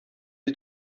die